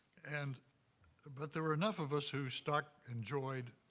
and ah but there were enough of us who stuck, enjoyed,